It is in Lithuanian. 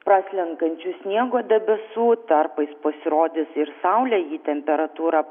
praslenkančių sniego debesų tarpais pasirodys ir saulė temperatūra